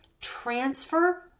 transfer